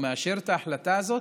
הוא מאשר את ההחלטה הזאת,